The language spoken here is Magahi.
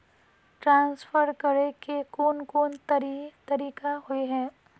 ट्रांसफर करे के कोन कोन तरीका होय है?